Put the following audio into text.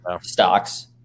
stocks